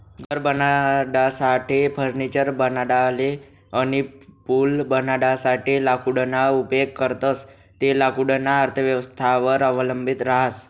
घर बनाडासाठे, फर्निचर बनाडाले अनी पूल बनाडासाठे लाकूडना उपेग करतंस ते लाकूडना अर्थव्यवस्थावर अवलंबी रहास